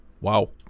Wow